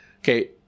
okay